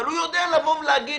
אבל הוא יודע לבוא ולהגיד